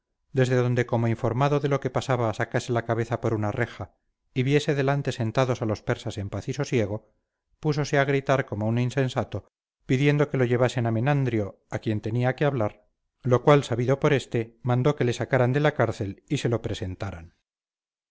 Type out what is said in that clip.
desde donde como informado de lo que pasaba sacase la cabeza por una reja y viese delante sentados a los persas en paz y sosiego púsose a gritar como un insensato pidiendo que lo llevasen a menandrio a quien tenía que hablar lo cual sabido por éste mandó que le sacaran de la cárcel y se lo presentaran